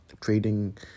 trading